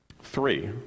Three